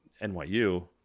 NYU